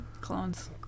Clones